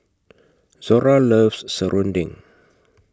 Zora loves Serunding